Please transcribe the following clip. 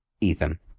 Ethan